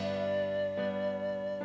and